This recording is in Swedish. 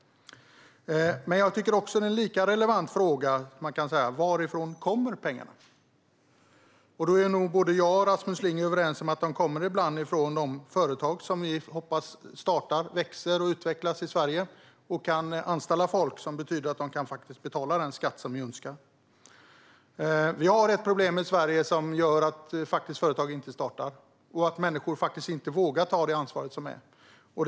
En lika relevant fråga tycker jag är: Varifrån kommer pengarna? Då är nog Rasmus Ling och jag överens om att de ibland kommer från de företag som vi hoppas ska starta, växa och utvecklas i Sverige så att de kan anställa folk, vilket i sin tur betyder att man kan betala den skatt som vi önskar. Vi har ett problem i Sverige som gör att företag inte startar och att människor faktiskt inte vågar ta det ansvar som det innebär.